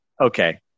okay